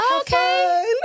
okay